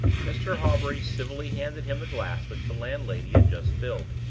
mr. hawbury civilly handed him the glass which the landlady had just filled.